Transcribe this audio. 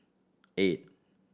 eight